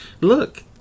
Look